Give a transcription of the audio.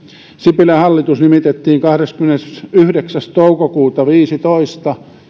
sipilän hallitus nimitettiin kahdeskymmenesyhdeksäs toukokuuta viisitoista ja